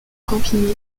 camping